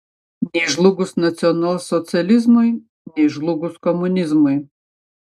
nei žlugus nacionalsocializmui nei žlugus komunizmui